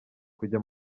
kujya